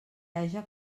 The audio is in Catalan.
haja